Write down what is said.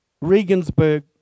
Regensburg